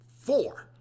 four